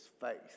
faith